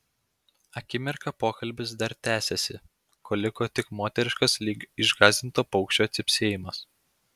akimirką pokalbis dar tęsėsi kol liko tik moteriškas lyg išgąsdinto paukščio cypsėjimas